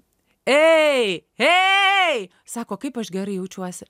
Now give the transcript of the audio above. ei sako kaip aš gerai jaučiuosi